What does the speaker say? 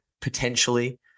potentially